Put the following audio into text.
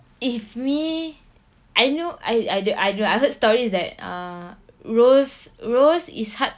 if me I know I I I I heard stories that ah rose rose is hard